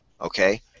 Okay